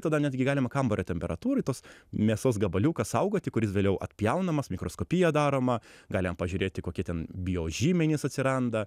tada netgi galima kambario temperatūroj tos mėsos gabaliuką saugoti kuris vėliau atpjaunamas mikroskopija daroma galima pažiūrėti kokie ten biožymenys atsiranda